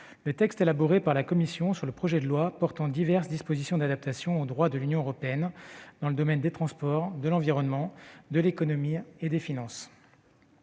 le texte élaboré par la commission sur le projet de loi portant diverses dispositions d'adaptation au droit de l'Union européenne dans le domaine des transports, de l'environnement, de l'économie et des finances.